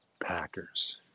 Packers